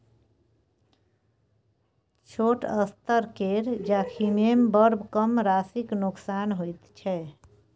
छोट स्तर केर जोखिममे बड़ कम राशिक नोकसान होइत छै